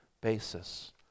basis